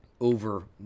over